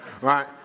right